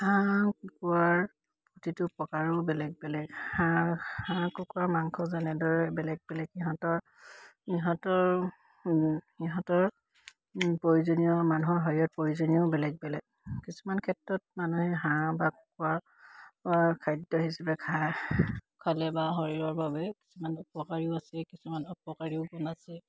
হাঁহ আৰু কুকুৰাৰ প্ৰতিটো প্ৰকাৰো বেলেগ বেলেগ হাঁহ হাঁহ কুকুৰাৰ মাংস যেনেদৰে বেলেগ বেলেগ সিহঁতৰ ইহঁতৰ সিহঁতৰ প্ৰয়োজনীয় মানুহৰ শৰীৰত প্ৰয়োজনীয়ও বেলেগ বেলেগ কিছুমান ক্ষেত্ৰত মানুহে হাঁহ বা কুকুৰাৰ খাদ্য হিচাপে খায় খালে বা শৰীৰৰ বাবে কিছুমান উপকাৰীও আছে কিছুমান উপকাৰীও গুণ আছে